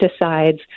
decides